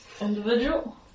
Individual